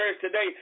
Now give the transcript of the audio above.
today